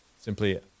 simply